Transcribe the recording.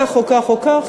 כך או כך או כך,